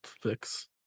fix